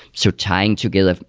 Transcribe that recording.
so tying together,